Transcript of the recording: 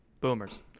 boomers